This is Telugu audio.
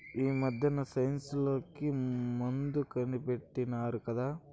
ఆమద్దెన సైన్ఫ్లూ కి మందు కనిపెట్టినారు కదా